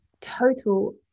total